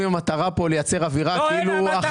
ואם המטרה כאן היא לייצר אווירה אחרת,